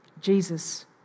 Jesus